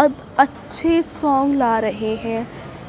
اب اچھے سانگ لا رہے ہیں